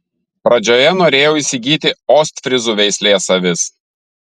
pradžioje norėjau įsigyti ostfryzų veislės avis